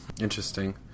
Interesting